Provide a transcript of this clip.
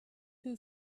two